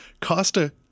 Costa